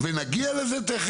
ונגיע לזה,